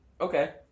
Okay